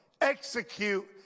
execute